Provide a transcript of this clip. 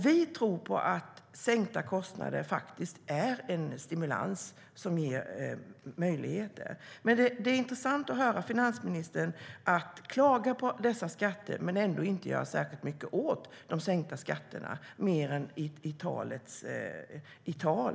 Vi tror att sänkta kostnader är en stimulans som ger möjligheter. Det är intressant att höra finansministern klaga på de sänkta skatterna utan att göra särskilt mycket åt dem mer än i tal.